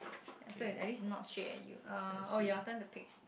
ya so is at least is not straight at you uh oh your turn to pick